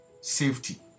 Safety